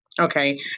Okay